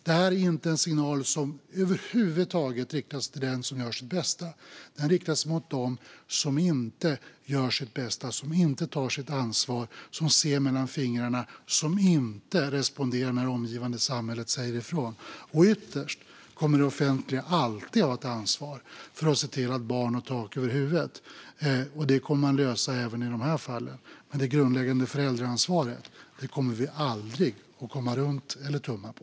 Det här inte en signal som över huvud taget riktar sig till dem som gör sitt bästa. Den riktar sig mot dem som inte gör sitt bästa, som inte tar sitt ansvar, som ser mellan fingrarna och som inte responderar när det omgivande samhället säger ifrån. Ytterst kommer det offentliga alltid att ha ett ansvar för att se till att barn har tak över huvudet. Det kommer man att lösa även i de här fallen. Men det grundläggande föräldraansvaret kommer vi aldrig att gå runt eller tumma på.